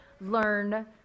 learn